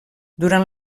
durant